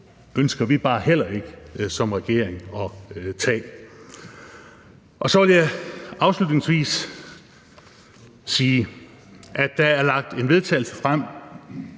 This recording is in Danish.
ønsker vi bare heller ikke som regering at tage. Så vil jeg afslutningsvis sige, at der er fremsat et